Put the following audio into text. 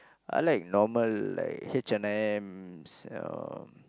I like normal like H-and-M's you know